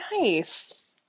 nice